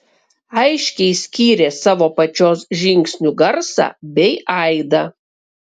aiškiai skyrė savo pačios žingsnių garsą bei aidą